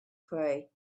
pray